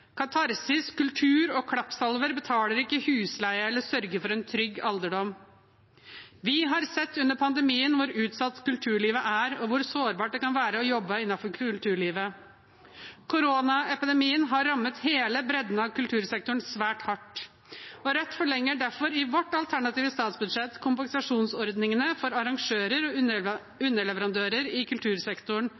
katarsis, kultur og klappsalver betaler ikke husleie og sørger ikke for en trygg alderdom. Vi har under pandemien sett hvor utsatt kulturlivet er, og hvor sårbart det kan være å jobbe innenfor kulturlivet. Koronaepidemien har rammet hele bredden av kultursektoren svært hardt. Rødt forlenger derfor i vårt alternative statsbudsjett kompensasjonsordningene for arrangører og underleverandører i kultursektoren